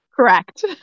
Correct